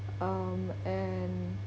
um and